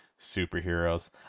superheroes